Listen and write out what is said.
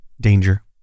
Danger